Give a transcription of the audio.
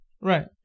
Right